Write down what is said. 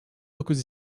dokuz